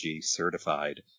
certified